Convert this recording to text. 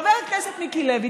חבר הכנסת מיקי לוי,